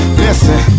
listen